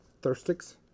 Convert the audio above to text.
Thirstix